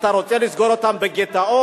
אתה רוצה לסגור אותם בגטאות?